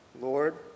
Lord